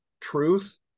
Truth